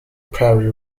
prairie